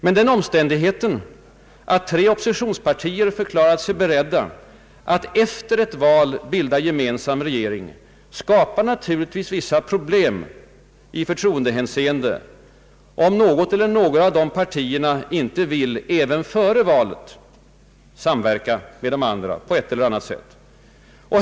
Men den omständigheten att tre oppositionspartier förklarat sig beredda att efter ett val bilda gemensam regering skapar naturligtvis vissa problem i förtroendehänseende om något eller några av dessa partier inte även före valet vill samverka med de andra på ett eller annat sätt.